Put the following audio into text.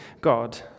God